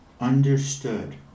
understood